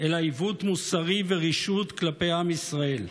אלא עיוות מוסרי ורשעות כלפי עם ישראל.